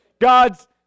God's